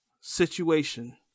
situation